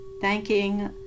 thanking